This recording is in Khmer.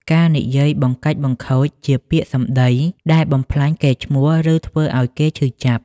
ការនិយាយបង្កាច់បង្ខូចជា ពាក្យសម្ដីដែលបំផ្លាញកេរ្តិ៍ឈ្មោះ ឬធ្វើឲ្យគេឈឺចាប់។